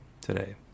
today